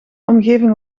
omgeving